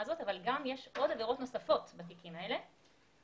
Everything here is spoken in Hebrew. הזו אבל ישנן גם עבירות נוספות בתיקים האלה.